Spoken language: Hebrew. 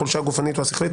החולשה הגופנית או השכלית,